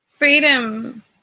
Freedom